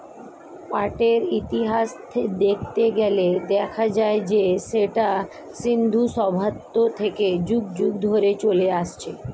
পাটের ইতিহাস দেখতে গেলে দেখা যায় যে সেটা সিন্ধু সভ্যতা থেকে যুগ যুগ ধরে চলে আসছে